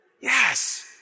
Yes